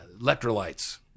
Electrolytes